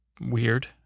weird